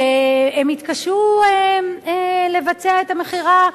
שהן יתקשו לבצע את המכירה.